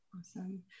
Awesome